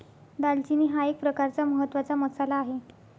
दालचिनी हा एक प्रकारचा महत्त्वाचा मसाला आहे